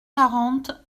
quarante